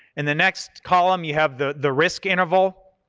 and the next column you have the the risk interval,